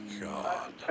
God